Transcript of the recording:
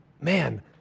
man